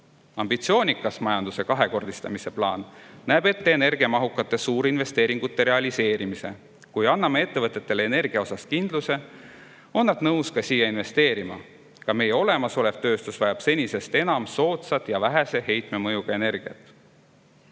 Ambitsioonikas majanduse kahekordistamise plaan näeb aga ette energiamahukate suurinvesteeringute realiseerimise. Kui me anname ettevõtetele energia kohta kindluse, on nad nõus siia investeerima. Ka meie olemasolev tööstus vajab senisest enam soodsat ja vähese heitega energiat.